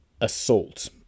assault